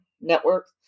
Network